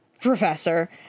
professor